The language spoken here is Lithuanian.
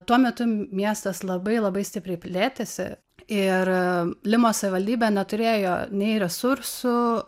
tuo metu miestas labai labai stipriai plėtėsi ir limos savivaldybė neturėjo nei resursų